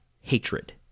hatred